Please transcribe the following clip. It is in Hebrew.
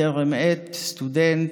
בטרם עת, סטודנט,